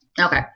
Okay